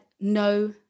no